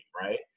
right